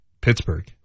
Pittsburgh